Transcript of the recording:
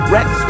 Rex